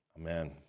Amen